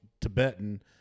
Tibetan